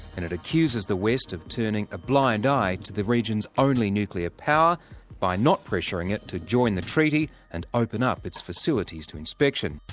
and it accuses the west of turning a blind eye to the region's only nuclear power by not pressuring it to join the treaty and open up its facilities to inspection.